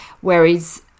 Whereas